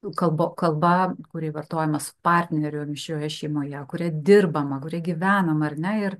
kalba kalba kuri vartojima su partneriu mišrioje šeimoje kuria dirbama kuria gyvena ma ar ne ir